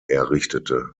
errichtete